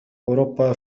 أوروبا